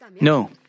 No